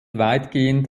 weitgehend